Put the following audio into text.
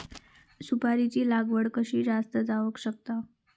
सुपारीची लागवड कशी जास्त जावक शकता?